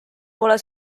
pole